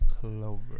Clover